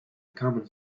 common